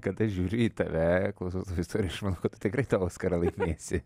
kad aš žiūriu į tave klausau tavo istorijų ir aš manau kad tu tikrai tą oskarą laimėsi